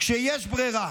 כשיש ברירה,